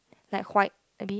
like white a bit